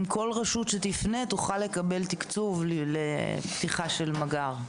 אם כל רשות שתפנה תוכל לקבל תקצוב לפתיחה של מג״ר.